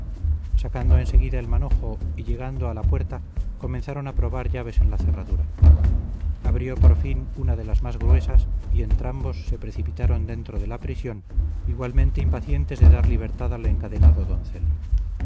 sacando en seguida el manojo y llegando a la puerta comenzaron a probar llaves en la cerradura abrió por fin una de las más gruesas y entrambos se precipitaron dentro de la prisión igualmente impacientes de dar libertad al encadenado doncel